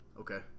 Okay